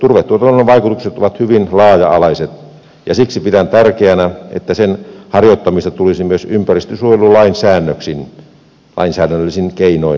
turvetuotannon vaikutukset ovat hyvin laaja alaiset ja siksi pidän tärkeänä että sen harjoittamista tulisi myös ympäristönsuojelulain säännöksin lainsäädännöllisin keinoin kannustaa